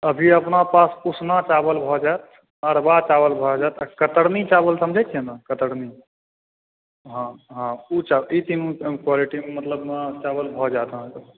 अभी अपना पास उसना चावल भऽ जायत अरबा चावल भऽ जायत कतरनी चावल समझै छियै ने कतरनी हॅं हॅं ई तीनू क्वालिटी मतलब चावल भऽ जायत अहाँकेॅं